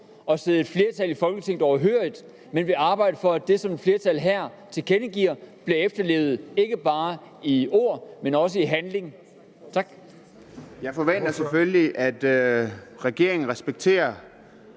at sidde et flertal i Folketinget overhørigt, men vil arbejde for, at det, som et flertal her tilkendegiver, bliver efterlevet ikke bare i ord, men også i handling. Tak. Kl. 11:49 Formanden: Ordføreren.